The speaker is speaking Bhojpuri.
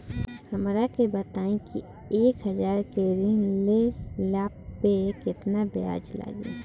हमरा के बताई कि एक हज़ार के ऋण ले ला पे केतना ब्याज लागी?